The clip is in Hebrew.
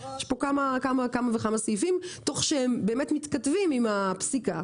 יש פה כמה וכמה סעיפים תוך שהם באמת מתכתבים עם הפסיקה,